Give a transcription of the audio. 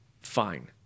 Fine